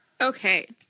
Okay